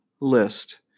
List